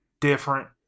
different